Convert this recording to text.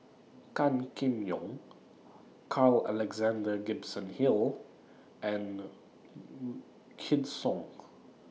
Gan Kim Yong Carl Alexander Gibson Hill and Wykidd Song